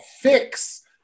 fix